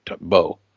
bow